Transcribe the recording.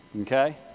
Okay